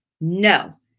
no